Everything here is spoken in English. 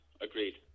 Agreed